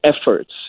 efforts